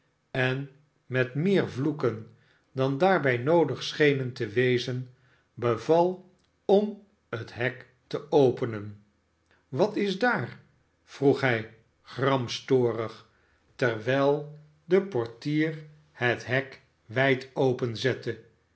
en met meer vloeken dan daarbij noodig schenen te wezen beval om het hek te openen wat is daar vroeg hij gramstorig terwijl de portier het hek wijd